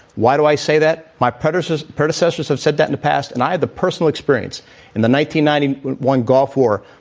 why do i say that? my pedersen's predecessors have said that in the past. and i had the personal experience in the nineteen ninety one gulf war.